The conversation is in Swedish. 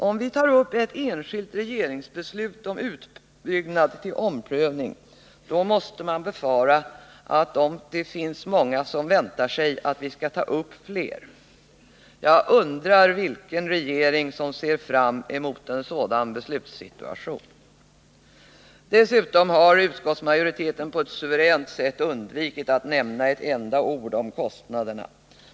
Om vi tar upp ett enskilt regeringsbeslut om utbyggnad till omprövning måste man befara att det finns många som väntar sig att vi skall ta upp fler. Jag undrar vilken regering som ser fram emot en sådan beslutssituation. Dessutom har utskottsmajoriteten på ett suveränt sätt undvikit att nämna ett enda ord om kostnaderna.